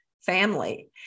family